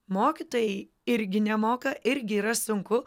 mokytojai irgi nemoka irgi yra sunku